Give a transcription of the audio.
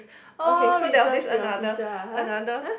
all return to your teacher ah !huh! !huh!